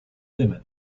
women